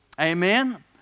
Amen